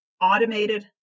automated